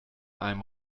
einem